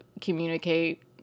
communicate